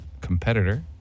competitor